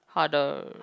harder